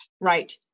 Right